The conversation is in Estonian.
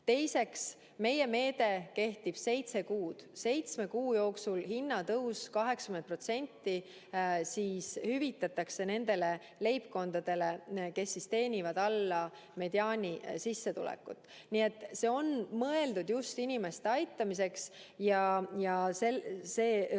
Teiseks, meie meede kehtib seitse kuud: seitsme kuu jooksul hüvitatakse hinnatõus 80% ulatuses nendele leibkondadele, kes teenivad alla mediaansissetuleku. Nii et see on mõeldud just inimeste aitamiseks ja see peaks